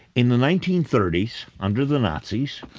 in the nineteen thirty s, under the nazis,